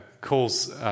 calls